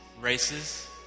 races